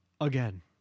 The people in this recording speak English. again